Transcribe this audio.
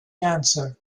cancer